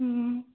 ହୁଁ